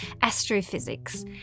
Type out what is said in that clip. astrophysics